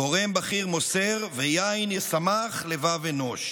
גורם בכיר מוסר: "ויין ישמח לבב אנוש".